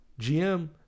GM